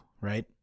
right